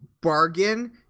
bargain